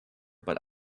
but